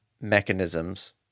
mechanisms